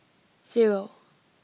zero